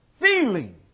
feeling